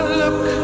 look